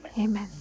Amen